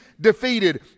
defeated